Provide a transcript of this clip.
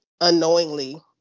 unknowingly